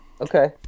Okay